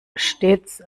stets